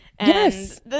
yes